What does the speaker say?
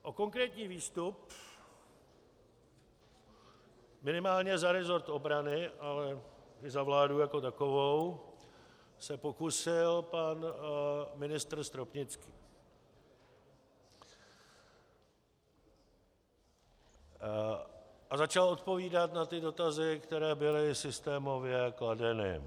O konkrétní výstup minimálně za resort obrany, ale i za vládu jako takovou se pokusil pan ministr Stropnický a začal odpovídat na ty dotazy, které byly systémově kladeny.